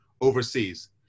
overseas